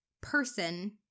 person